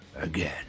again